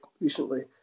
recently